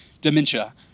Dementia